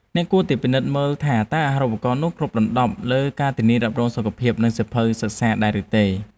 អ្នកគួរតែពិនិត្យមើលថាតើអាហារូបករណ៍នោះគ្របដណ្តប់លើការធានារ៉ាប់រងសុខភាពនិងសៀវភៅសិក្សាដែរឬទេ។